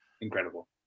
incredible